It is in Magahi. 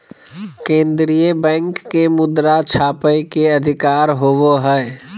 केन्द्रीय बैंक के मुद्रा छापय के अधिकार होवो हइ